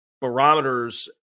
barometers